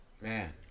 Man